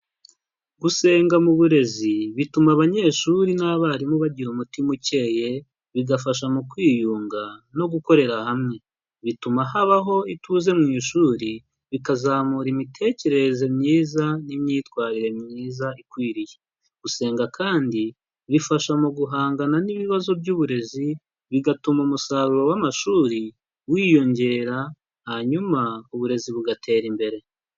Gusenga mu burezi bituma abanyeshuri n'abarimu bagira umutima ukeye, bigafasha mu kwiyunga no gukorera hamwe, bituma habaho ituze mu ishuri, bikazamura imitekerereze myiza n'imyitwarire myiza ikwiriye, gusenga kandi bifasha mu guhangana n'ibibazo by'uburezi, bigatuma umusaruro w'amashuri wiyongera, hanyuma uburezi bugatera imbere.